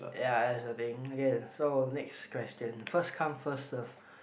ya that's the thing okay so next question first come first serve